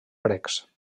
precs